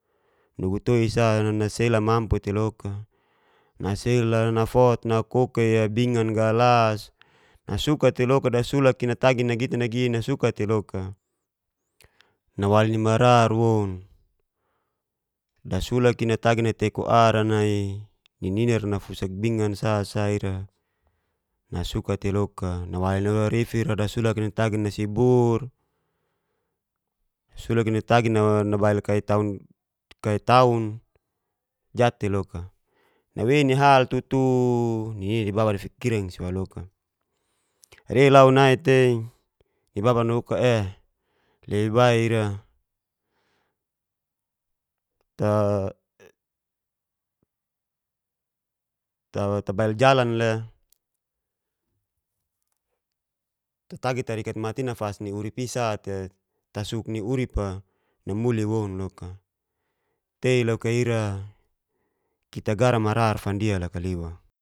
Nugu toi sa nasel mampu teloka, nasela nafot nakoka'i bingan' galas, isuka tei loka dasulak'i natgi ngi te nagi nasuka tei loka. Nawali ni marar woun dasukal'i ntagi dateku ar ni nini'r nafusk bingan sa sa ira nasuka tei loka, nawali lorifi'ra dasulak'i natagi nasibur sulak'i natagi nabail kai taun jat'te loka nawei ni hal tutu ninina ni baba si dafikirang si waloka, rei lau nai tei ni babara naku'o labi bai ira ta bail jalan le tatadi tabail mata'i nafas ni urip'i sa'te tasuk ni uripa namuli woun loka tei loka ira kita garan marar fndia loka liwa.